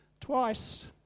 Twice